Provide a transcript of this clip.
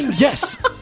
Yes